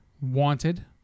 Wanted